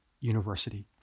University